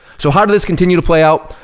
so how did this continue to play out?